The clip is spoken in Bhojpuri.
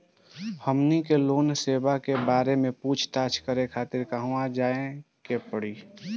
हमनी के लोन सेबा के बारे में पूछताछ करे खातिर कहवा जाए के पड़ी?